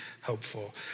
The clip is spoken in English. helpful